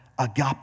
Agape